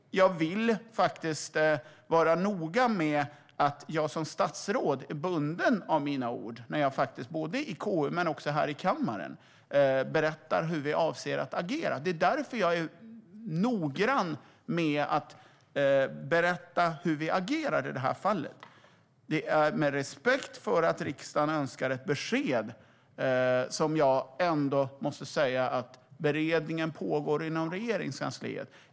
Jag vill vara noga med att jag som statsråd är bunden av de ord med vilka jag både i KU och i kammaren har berättat hur vi avser att agera. Jag är därför noggrann med att berätta hur vi agerar i detta fall. Det är med respekt för att riksdagen önskar ett besked som jag ändå måste säga att beredningen pågår inom Regeringskansliet.